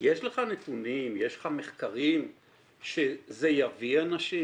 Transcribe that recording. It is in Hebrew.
יש לך נתונם, יש לך מחקרים שזה יביא אנשים?